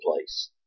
place